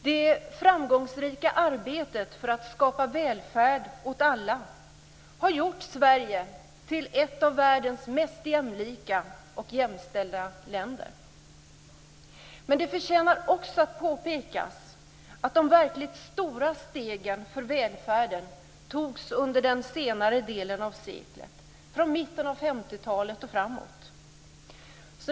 Det framgångsrika arbetet för att skapa välfärd åt alla har gjort Sverige till ett av världens mest jämlika och jämställda länder. Men det förtjänar också att påpekas att de verkligt stora stegen för välfärden togs under senare delen av seklet, från mitten av 50-talet och framåt.